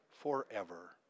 forever